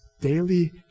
daily